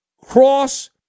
cross